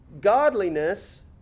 godliness